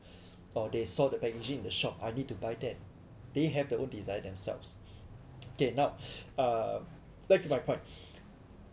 or they saw the packaging in the shop I need to buy that they have their own desire themselves okay now uh back to my part